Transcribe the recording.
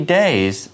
days